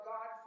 God